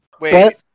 wait